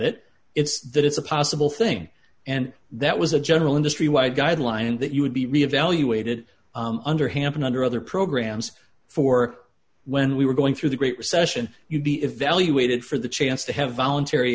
it it's that it's a possible thing and that was a general industry wide guideline and that you would be reevaluated under hamp and under other programs for when we were going through the great recession you'd be evaluated for the chance to have voluntary